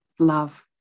Love